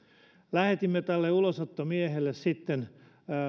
lähetimme tälle ulosottomiehelle sitten